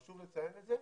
חשוב לציין את זה,